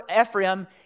Ephraim